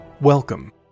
Welcome